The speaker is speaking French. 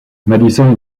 madison